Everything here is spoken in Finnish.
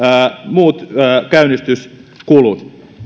muut käynnistyskulut